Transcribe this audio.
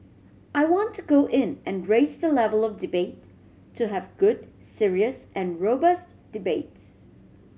I want to go in and raise the level of debate to have good serious and robust debates